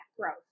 growth